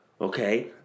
okay